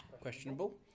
questionable